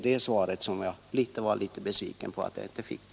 Att jag inte fick svar på de frågorna gör mig litet besviken.